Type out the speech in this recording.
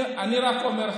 אני רק אומר,